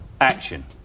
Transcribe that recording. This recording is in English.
action